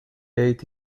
eight